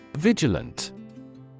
Vigilant